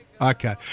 Okay